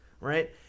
Right